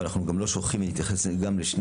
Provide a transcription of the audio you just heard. אבל אנחנו גם לא שוכחים להתייחס גם לשני